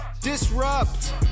Disrupt